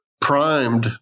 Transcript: primed